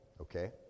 Okay